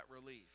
relief